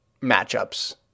matchups